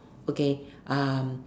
okay um